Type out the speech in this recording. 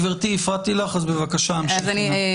גברתי, המשיכי נא.